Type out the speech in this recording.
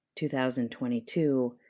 2022